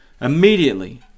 Immediately